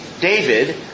David